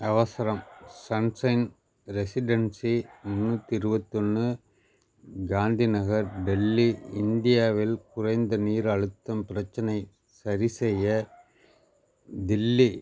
அவசரம் sunshine residency முந்நூற்றி இருபத்தொன்னு காந்தி நகர் டெல்லி இந்தியாவில் குறைந்த நீர் அழுத்தம் பிரச்சினை சரிசெய்ய தில்லி